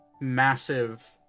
massive